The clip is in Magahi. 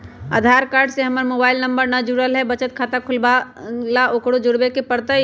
आधार कार्ड से हमर मोबाइल नंबर न जुरल है त बचत खाता खुलवा ला उकरो जुड़बे के पड़तई?